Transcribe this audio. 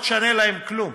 לא תשנה להן כלום.